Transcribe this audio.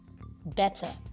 better